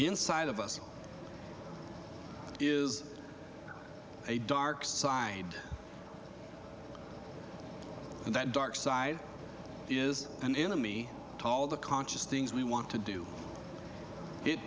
inside of us is a dark side and that dark side is an enemy to all the conscious thing we want to do it